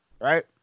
right